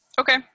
Okay